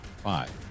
Five